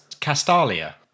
Castalia